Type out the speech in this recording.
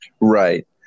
Right